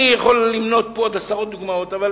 אני יכול למנות פה עוד עשרות דוגמאות, אבל